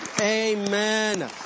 Amen